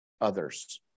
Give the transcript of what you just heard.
others